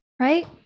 Right